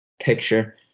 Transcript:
picture